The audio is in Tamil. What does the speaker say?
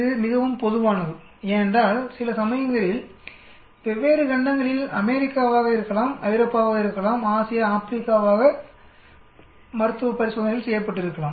இது உண்மையில் மிகவும் பொதுவானது ஏனென்றால் சில சமயங்களில் வெவ்வேறு கண்டங்களில் அமெரிக்காவாக இருக்கலாம் ஐரோப்பாவாக இருக்கலாம் ஆசியா ஆப்பிரிக்காவாக மருத்துவ பரிசோதனைகள் செய்யப்பட்டு இருக்கலாம்